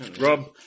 Rob